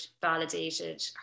validated